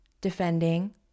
defending